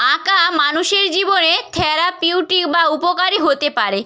আঁকা মানুষের জীবনে থ্যারাপিউটিক বা উপকারি হতে পারে